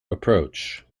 approach